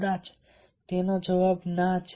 કદાચ જવાબ ના છે